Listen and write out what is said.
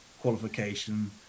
qualification